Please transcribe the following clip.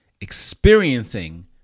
experiencing